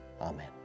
Amen